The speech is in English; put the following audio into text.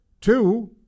Two